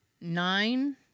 nine